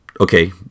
Okay